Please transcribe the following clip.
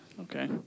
Okay